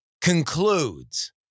concludes